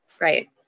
Right